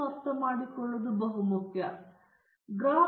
ನೀವು ಪ್ರಸ್ತುತಪಡಿಸಲು ಪ್ರಯತ್ನಿಸುತ್ತಿರುವ ಜನರನ್ನು ಅರ್ಥಮಾಡಿಕೊಳ್ಳುವುದು ಬಹಳ ಕಷ್ಟ